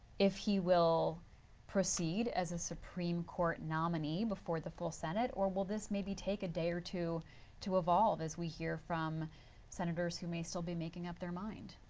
if he will proceed as a supreme court nominee before the full senate? or will this maybe take a day or two to evolve as we hear from senators who may still be making up their mind?